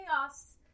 chaos